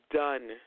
done